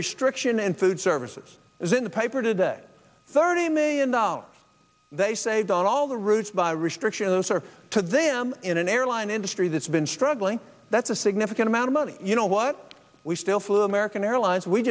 restriction and food services is in the paper today thirty million dollars they saved on all the routes by restriction those are to them in an airline industry that's been struggling that's a significant amount of money you know what we still flew american airlines we